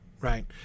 Right